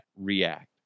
react